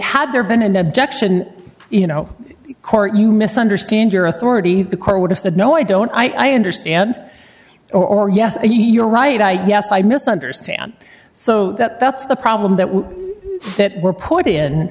had there been an objection you know court you misunderstand your authority the court would have said no i don't i understand or yes you're right i yes i misunderstand so that that's the problem that we that were put in